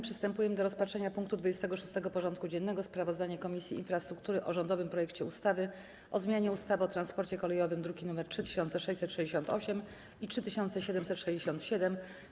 Przystępujemy do rozpatrzenia punktu 26. porządku dziennego: Sprawozdanie Komisji Infrastruktury o rządowym projekcie ustawy o zmianie ustawy o transporcie kolejowym (druki nr 3668 i 3767)